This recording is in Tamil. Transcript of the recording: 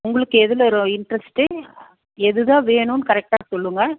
உங்களுக்கு எதில் ரோ இன்ட்ரெஸ்ட்டு எது தான் வேணுன்ணு கரெக்ட்டாக சொல்லுங்கள்